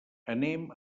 anem